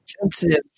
sensitive